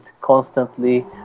constantly